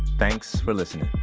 thanks for listening